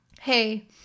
hey